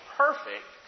perfect